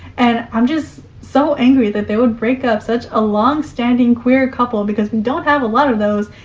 and i'm just so angry that they would break up such a long-standing queer couple, because we don't have a lot those,